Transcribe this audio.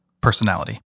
personality